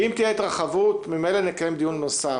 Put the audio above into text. אם תהיה התרחבות ממילא נקיים דיון נוסף.